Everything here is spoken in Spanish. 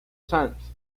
sanz